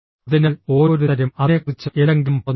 അതിനാൽ ഓരോരുത്തരും അതിനെക്കുറിച്ച് എന്തെങ്കിലും പറഞ്ഞു